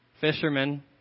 fishermen